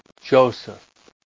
Joseph